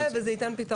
זה ייתן פתרון.